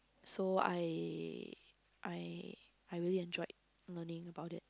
so I I I really enjoyed learning about it